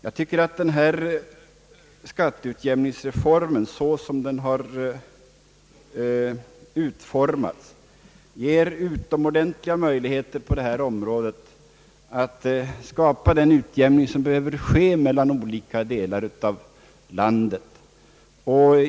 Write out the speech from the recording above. Jag tycker att skatteutjämningsreformen, såsom den har utformats, ger utomordentliga möjligheter att skapa den utjämning som behöver ske mellan olika delar av landet.